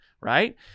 right